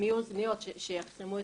הוא ספורט